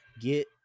Get